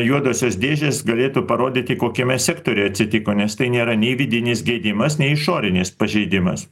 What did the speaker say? juodosios dėžės galėtų parodyti kokiame sektoriuje atsitiko nes tai nėra nei vidinis gedimas nei išorinis pažeidimas